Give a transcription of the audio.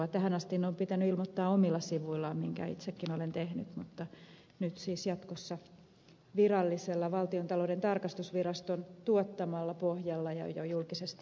tähän asti ne on pitänyt ilmoittaa omilla sivuillaan minkä itsekin olen tehnyt mutta nyt siis jatkossa ilmoitetaan virallisella valtiontalouden tarkastusviraston tuottamalla pohjalla ja jo julkisesti etukäteen